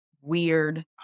weird